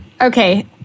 Okay